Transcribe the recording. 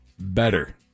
better